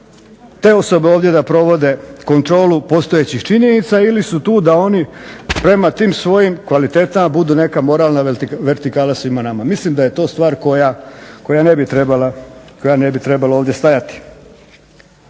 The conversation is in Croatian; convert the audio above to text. te osobe ovdje da provode kontrolu postojećih činjenica ili su tu da oni prema tim svojim kvalitetama budu neka moralna vertikala svima nama. Mislim da je to stvar koja ne bi trebala ovdje stajati.